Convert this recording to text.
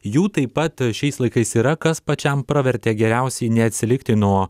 jų taip pat šiais laikais yra kas pačiam pravertė geriausiai neatsilikti nuo